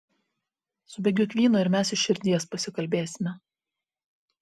subėgiok vyno ir mes iš širdies pasikalbėsime